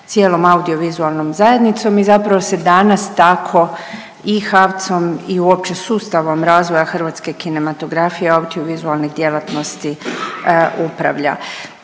cijelom audiovizualnom zajednicom i zapravo se danas tako i HAVC-om i uopće sustavom razvoja hrvatske kinematografije i autovizualnih djelatnosti upravlja.